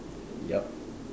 yup